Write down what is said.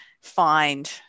find